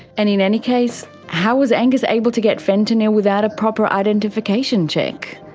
and in any case, how was angus able to get fentanyl without a proper identification check?